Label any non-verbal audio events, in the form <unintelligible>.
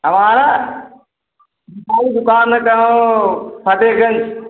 अऍं हमारी दुक़ान है <unintelligible> फतेहगन्ज